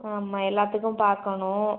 ஆமாம் எல்லாத்துக்கும் பார்க்கணும்